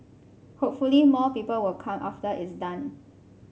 hopefully more people will come after it's done